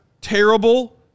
terrible